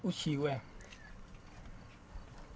अच्छी होऐ